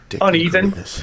uneven